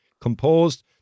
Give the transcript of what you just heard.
composed